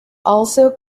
also